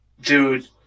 dude